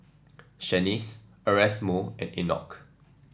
Shanice Erasmo and Enoch